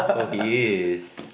oh he is